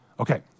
Okay